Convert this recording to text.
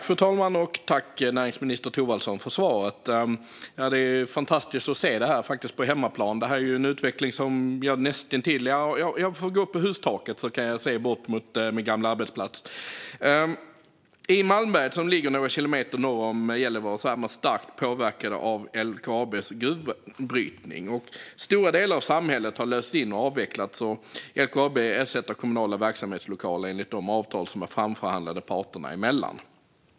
Fru talman! Tack, näringsminister Thorwaldsson, för svaret! Det är fantastiskt att se denna utveckling på hemmaplan. Om jag går upp på hustaket kan jag se bort till min gamla arbetsplats. I Malmberget, som ligger några kilometer norr om Gällivare, är man starkt påverkad av LKAB:s gruvbrytning. Stora delar av samhället har lösts in och avvecklats, och LKAB ersätter kommunala verksamhetslokaler enligt de avtal som är framförhandlade parterna emellan.